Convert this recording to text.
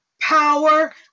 power